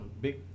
big